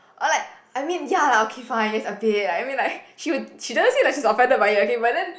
or like I mean ya lah okay fine yes a bit like I mean like she would she doesn't seem like she is offended by it okay but then